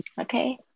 Okay